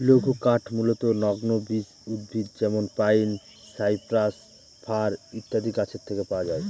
লঘুকাঠ মূলতঃ নগ্নবীজ উদ্ভিদ যেমন পাইন, সাইপ্রাস, ফার ইত্যাদি গাছের থেকে পাওয়া যায়